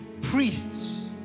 Priests